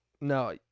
No